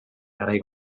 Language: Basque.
garai